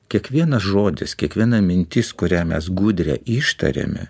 kiekvienas žodis kiekviena mintis kurią mes gudrią ištariame